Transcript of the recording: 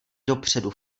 dopředu